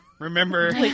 Remember